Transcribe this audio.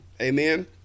Amen